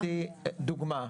לדוגמה,